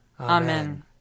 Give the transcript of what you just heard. Amen